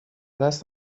دست